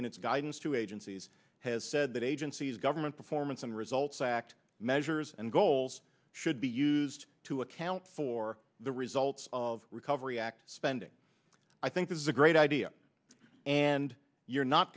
in its guidance to agencies has said that agencies government performance and results act measures and goals should be used to account for the results of recovery act spending i think is a great idea and you're not